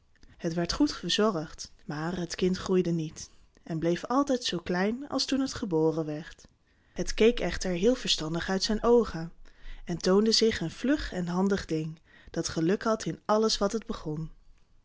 het werd goed verzorgd maar het kind groeide niet en bleef altijd zoo klein als toen het geboren werd het keek echter heel verstandig uit zijn oogen en toonde zich een vlug en handig ding dat geluk had in alles wat het begon